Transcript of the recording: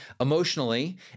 emotionally